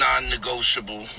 non-negotiable